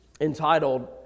entitled